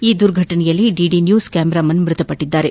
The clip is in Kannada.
ಈ ದುರ್ಘಟನೆಯಲ್ಲಿ ಡಿಡಿ ನ್ಕೂಸ್ ಕ್ಯಾಮರಾಮನ್ ಮೃತಪಟ್ಟದ್ದಾರೆ